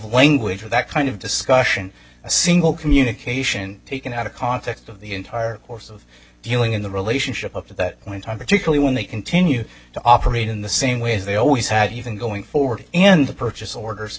language or that kind of discussion a single communication taken out of context of the entire course of dealing in the relationship at that point on particularly when they continue to operate in the same way as they always had even going forward and the purchase orders